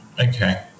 okay